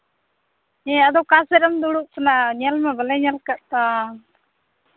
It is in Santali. ᱦᱮᱸ ᱟᱫᱚ ᱚᱠᱟ ᱥᱮᱫ ᱨᱮᱢ ᱫᱩᱲᱩᱵ ᱠᱟᱱᱟ ᱧᱮᱞ ᱢᱟ ᱵᱟᱞᱮ ᱧᱮᱞ ᱠᱟᱜ ᱛᱚ